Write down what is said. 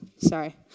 Sorry